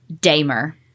Damer